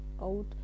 out